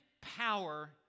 power